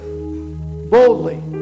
boldly